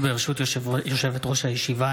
ברשות יושבת-ראש הישיבה,